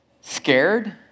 scared